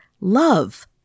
love